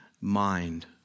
mind